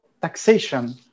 taxation